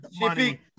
Money